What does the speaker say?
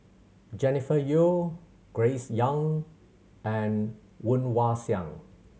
Jennifer Yeo Grace Young and Woon Wah Siang